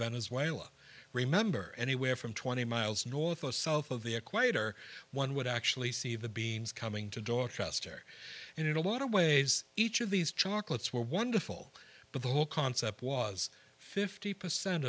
venezuela remember anywhere from twenty miles north of south of the equator one would actually see the beans coming to dorchester and in a lot of ways each of these chocolates were wonderful but the whole concept was fifty percent